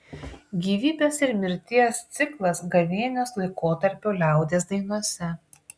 gyvybės ir mirties ciklas gavėnios laikotarpio liaudies dainose